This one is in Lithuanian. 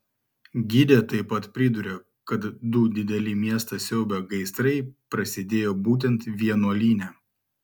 gidė taip pat priduria kad du dideli miestą siaubią gaisrai prasidėjo būtent vienuolyne